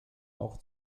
auch